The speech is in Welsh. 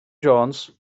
jones